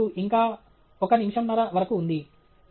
మనకు ఇప్పుడు ఇంకా ఒక నిమిషంన్నర వరకు ఉంది